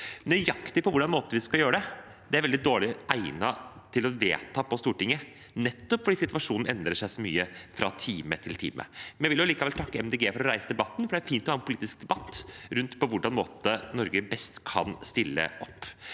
Nøyaktig hvilken måte vi skal gjøre det på, er veldig dårlig egnet til å bli vedtatt på Stortinget, nettopp fordi situasjonen endrer seg så mye fra time til time. Jeg vil allikevel takke Miljøpartiet De Grønne for å reise debatten, for det er fint å ha en politisk debatt rundt hvordan Norge best kan stille opp.